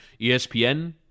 ESPN